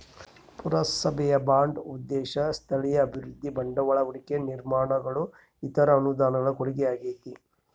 ಪುರಸಭೆಯ ಬಾಂಡ್ ಉದ್ದೇಶ ಸ್ಥಳೀಯ ಅಭಿವೃದ್ಧಿ ಬಂಡವಾಳ ಹೂಡಿಕೆ ನಿರ್ಮಾಣಗಳು ಇತರ ಅನುದಾನಗಳ ಕೊಡುಗೆಯಾಗೈತೆ